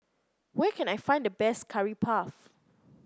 where can I find the best Curry Puff